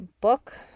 book